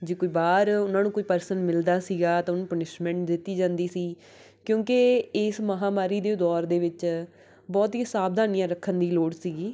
ਜੇ ਕੋਈ ਬਾਹਰ ਉਹਨਾਂ ਨੂੰ ਕੋਈ ਪਰਸਨ ਮਿਲਦਾ ਸੀਗਾ ਤਾਂ ਉਹਨੂੰ ਪਨਿਸ਼ਮੈਂਟ ਦਿੱਤੀ ਜਾਂਦੀ ਸੀ ਕਿਉਂਕਿ ਇਸ ਮਹਾਂਮਾਰੀ ਦੇ ਦੌਰ ਦੇ ਵਿੱਚ ਬਹੁਤ ਹੀ ਸਾਵਧਾਨੀਆਂ ਰੱਖਣ ਦੀ ਲੋੜ ਸੀਗੀ